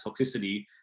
toxicity